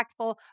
impactful